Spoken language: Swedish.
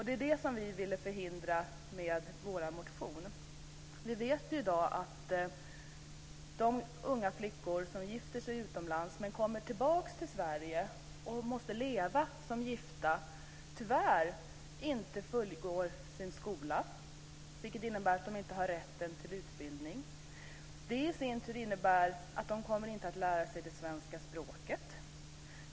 Det är det som vi med vår motion vill förhindra. Vi vet i dag att de unga flickor som gifter sig utomlands och som kommer tillbaka till Sverige och måste leva som gifta tyvärr inte fullföljer sin skolutbildning, vilket innebär att de inte har rätten till utbildning. Det i sin tur innebär att de inte kommer att lära sig svenska språket.